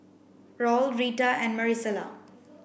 Raul Rita and Marisela